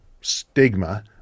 stigma